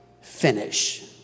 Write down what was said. finish